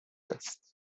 است